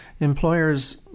Employers